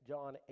John